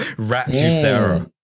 rat juicero.